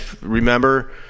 remember